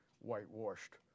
whitewashed